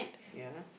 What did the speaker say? ya